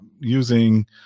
using